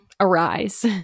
arise